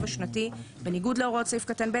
השנתי בניגוד להוראות סעיף קטן (ב),